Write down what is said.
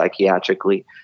psychiatrically